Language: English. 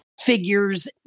figures